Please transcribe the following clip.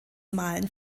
malen